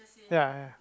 ya ya